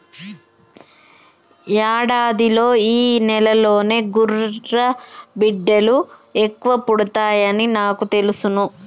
యాడాదిలో ఈ నెలలోనే గుర్రబిడ్డలు ఎక్కువ పుడతాయని నాకు తెలుసును